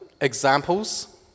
examples